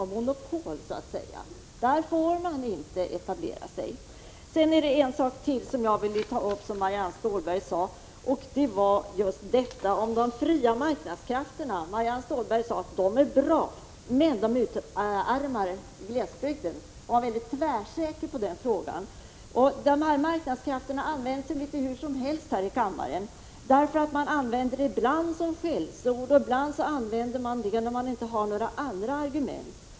Jo, men inte på de områden där den offentliga sektorn har monopol. Marianne Stålberg sade att de fria marknadskrafterna är bra, men de utarmar glesbygden. Hon var väldigt tvärsäker på den saken. Men de fria marknadskrafterna kan användas hur som helst här i kammaren. Ibland är det ett skällsord, och ibland tar man till det när man inte har några andra argument.